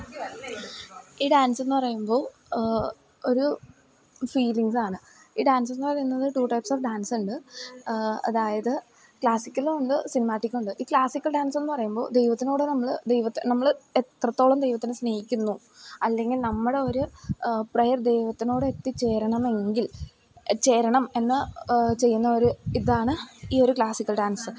ഈ ഡാൻസെന്നു പറയുമ്പോൾ ഒരു ഫീലിങ്സാണ് ഈ ഡാൻസെന്നു പറയുന്നത് ടു ടൈപ്പ്സ് ഓഫ് ഡാൻസുണ്ട് അതായത് ക്ലാസിക്കലും ഉണ്ട് സിനിമാറ്റിക്കും ഉണ്ട് ഈ ക്ലാസിക്കൽ ഡാൻസെന്നു പറയുമ്പോൾ ദൈവത്തിനോട് നമ്മൾ ദൈവത്തിൽ നമ്മൾ എത്രത്തോളം ദൈവത്തിനെ സ്നേഹിക്കുന്നു അല്ലെങ്കിൽ നമ്മുടെ ഒരു പ്രെയർ ദൈവത്തിനോട് എത്തിച്ചേരണമെങ്കിൽ ചേരണം എന്നു ചെയ്യുന്ന ഒരു ഇതാണ് ഈ ഒരു ക്ലാസിക്കൽ ഡാൻസ്